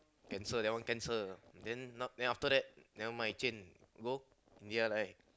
cancel that one cancel then now then after that never mind change go India right